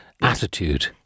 attitude